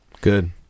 Good